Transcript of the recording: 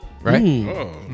right